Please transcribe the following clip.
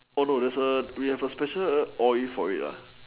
oh no there a we have a all in for it